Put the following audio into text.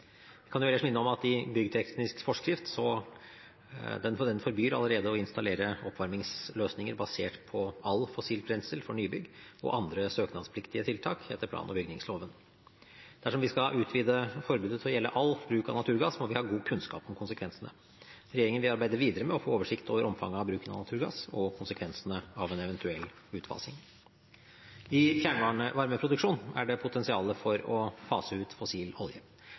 basert på all fossil brensel for nybygg og andre søknadspliktige tiltak etter plan- og bygningsloven. Dersom vi skal utvide forbudet til å gjelde all bruk av naturgass, må vi ha god kunnskap om konsekvensene. Regjeringen vil arbeide videre med å få oversikt over omfanget av bruken av naturgass og konsekvensene av en eventuell utfasing. I fjernvarmeproduksjonen er det potensial for å fase ut fossil olje.